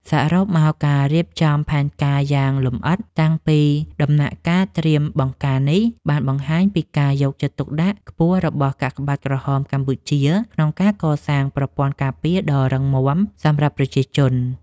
សរុបមក ការរៀបចំផែនការយ៉ាងលម្អិតតាំងពីដំណាក់កាលត្រៀមបង្ការនេះ បានបង្ហាញពីការយកចិត្តទុកដាក់ខ្ពស់របស់កាកបាទក្រហមកម្ពុជា ក្នុងការកសាងប្រព័ន្ធការពារដ៏រឹងមាំសម្រាប់ប្រជាជន។